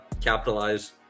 capitalize